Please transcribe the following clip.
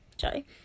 sorry